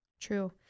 True